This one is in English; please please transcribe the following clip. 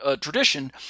tradition